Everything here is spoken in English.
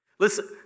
Listen